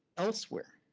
elsewhere,